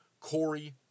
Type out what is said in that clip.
Corey